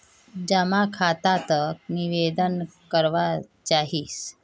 जमा खाता त निवेदन करवा चाहीस?